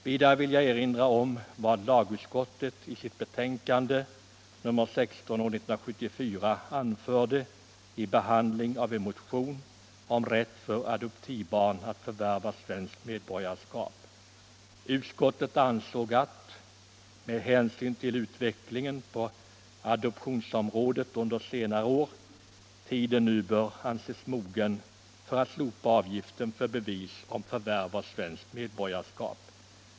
Vidare vill jag erinra om vad lagutskottet i sitt betänkande nr 16 år 1974 anförde vid behandling av en motion om rätt för adoptivbarn att förvärva svenskt medborgarskap. Utskottet ansåg att, med hänsyn till utvecklingen på adoptionsområdet under senare år, tiden borde anses mogen för att slopa avgiften för bevis om förvärv av svenskt medborgarskap.